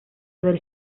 haber